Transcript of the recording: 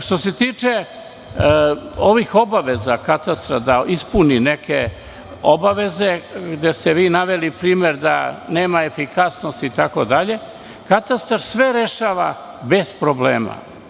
Što se tiče ovih obaveza katastra da ispuni neke obaveze, gde ste vi naveli primer da nema efikasnost itd, katastar sve rešava bez problema.